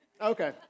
Okay